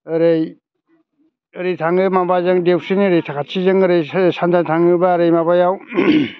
ओरै ओरैनो थाङो माबाजों देवस्रिनि ओरै खाथिजों सानजा थाङोब्ला ओरै माबायाव